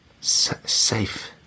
Safe